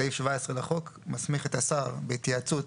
סעיף 17 לחוק, מסמיך את השר בהתייעצות